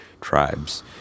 tribes